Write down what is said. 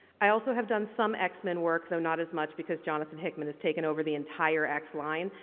i also have done some x-men work though not as much because jonathan hickman has taken over the entire x line,